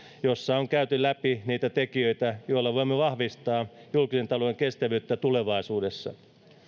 jossa on käyty läpi niitä tekijöitä joilla voimme vahvistaa julkisen talouden kestävyyttä tulevaisuudessa